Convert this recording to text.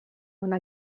una